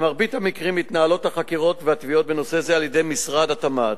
במרבית המקרים מתנהלות החקירות והתביעות בנושא זה על-ידי משרד התמ"ת,